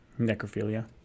Necrophilia